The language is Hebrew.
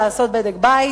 לעשות בדק בית,